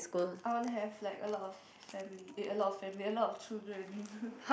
I want to have like a lot of family eh a lot of family a lot of children